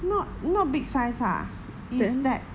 not not big size ah is that